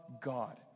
God